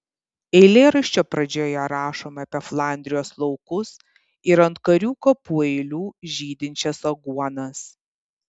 eilėraščio pradžioje rašoma apie flandrijos laukus ir ant karių kapų eilių žydinčias aguonas